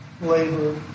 labor